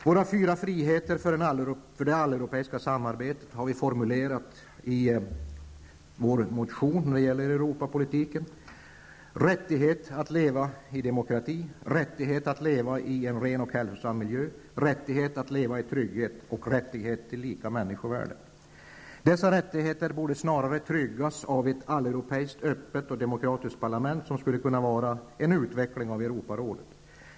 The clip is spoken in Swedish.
Våra fyra friheter för det alleuropeiska samarbetet har formulerats i vår motion om Europapolitiken: rättighet att leva i en demokrati, rättighet att leva i en ren och hälsosam miljö, rättighet att leva i trygghet samt rättighet till lika människovärde. Dessa rättigheter borde snarast tryggas av ett alleuropeiskt öppet och demokratiskt parlament, som skulle kunna vara en utveckling av Europarådet.